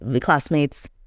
classmates